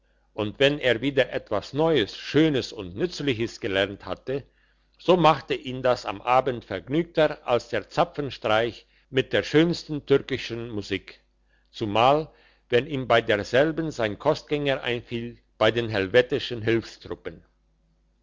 und wenn er wieder etwas neues schönes und nützliches gelernt hatte so machte ihn das am abend vergnügter als der zapfenstreich mit der schönsten türkischen musik zumal wenn ihm bei derselben sein kostgänger einfiel bei den helvetischen hilfstruppen